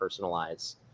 personalize